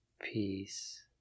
peace